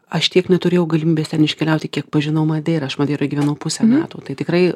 aš tiek neturėjau galimybės ten iškeliauti kiek pažinau madeirą aš madeiroj gyvenau pusę metų tai tikrai